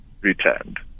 returned